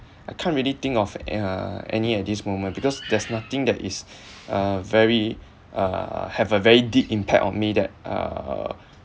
I can't really think of a~ uh any at this moment because there's nothing that is uh very uh have a very deep impact on me that uh